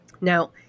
Now